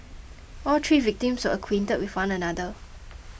all three victims were acquainted with one another